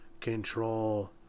control